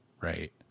right